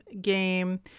game